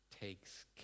takes